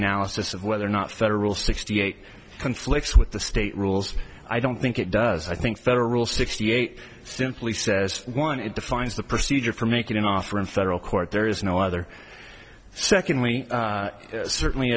analysis of whether or not federal sixty eight conflicts with the state rules i don't think it does i think federal sixty eight simply says one it defines the procedure for making an offer in federal court there is no other secondly certainly